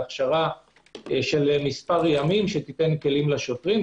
הכשרה של מספר ימים שתיתן כלים לשוטרים,